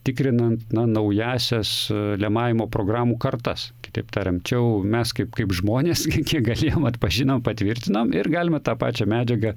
tikrinant na naująsias lemavimo programų kartas kitaip tariant čia jau mes kaip kaip žmonės kiek galėjom atpažinom patvirtinom ir galima tą pačią medžiagą